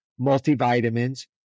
multivitamins